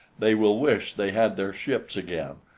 they will wish they had their ships again,